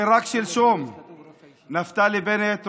רק שלשום נפתלי בנט,